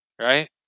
right